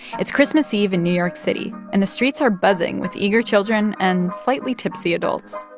it's christmas eve in new york city, and the streets are buzzing with eager children and slightly tipsy adults.